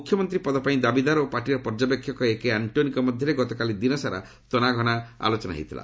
ମୁଖ୍ୟମନ୍ତ୍ରୀ ପଦ ପାଇଁ ଦାବିଦାର ଓ ପାର୍ଟିର ପର୍ଯ୍ୟବେକ୍ଷକ ଏକେ ଆଣ୍ଟ୍ରୋନିଙ୍କ ମଧ୍ୟରେ ଗତକାଲି ଦିନସାରା ତନାଘନା ଆଲୋଚନା ଚାଲିଥିଲା